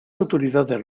autoridades